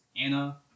Anna